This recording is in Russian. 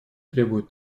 требуют